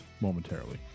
momentarily